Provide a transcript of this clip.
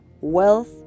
wealth